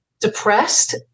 depressed